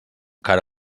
cara